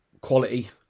quality